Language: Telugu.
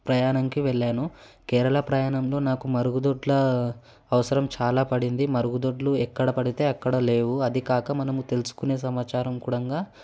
ప్రయాణంకి వెళ్ళాను కేరళ ప్రయాణంలో నాకు మరుగుదొడ్ల అవసరం చాలా పడింది మరుగుదొడ్లు ఎక్కడపడితే అక్కడ లేవు అది కాక మనము తెలుసుకునే సమాచారం కూడంగా